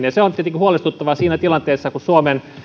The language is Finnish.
ja se on tietenkin huolestuttavaa tilanteessa jossa suomen